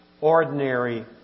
ordinary